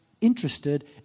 interested